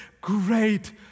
great